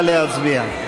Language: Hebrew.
נא להצביע.